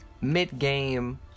Mid-game